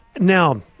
Now